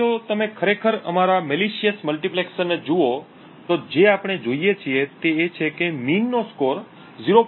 હવે જો તમે ખરેખર અમારા દૂષિત મલ્ટીપ્લેક્સરને જુઓ તો જે આપણે જોઈએ છીએ તે છે કે સરેરાશ નો સ્કોર 0